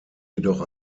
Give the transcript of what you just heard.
jedoch